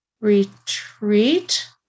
Retreat